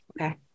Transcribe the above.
Okay